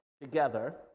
together